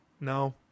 No